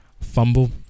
Fumble